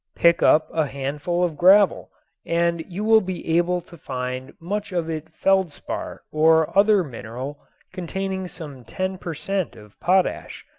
pick up a handful of gravel and you will be able to find much of it feldspar or other mineral containing some ten per cent. of potash.